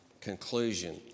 conclusion